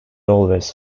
always